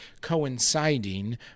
coinciding